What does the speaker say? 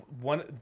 one